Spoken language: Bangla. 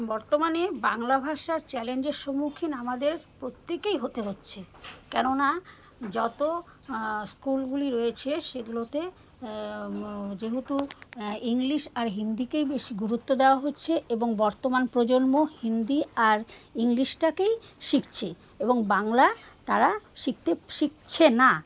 বর্তমানে বাংলা ভাষার চ্যালেঞ্জের সম্মুখীন আমাদের প্রত্যেকেই হতে হচ্ছে কেননা যত স্কুলগুলি রয়েছে সেগুলোতে যেহেতু ইংলিশ আর হিন্দিকেই বেশি গুরুত্ব দেওয়া হচ্ছে এবং বর্তমান প্রজন্ম হিন্দি আর ইংলিশটাকেই শিখছে এবং বাংলা তারা শিখতে শিখছে না